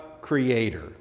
creator